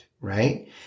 right